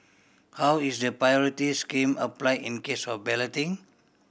how is the priority scheme applied in case of balloting